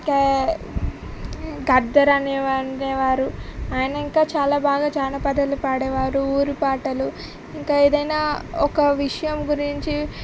గ గద్దర్ అని ఉండేవారు ఆయన ఇంకా చాలా బాగా జానపదాలు పాడేవారు ఊరి పాటలు ఇంకా ఏదైనా ఒక విషయం గురించి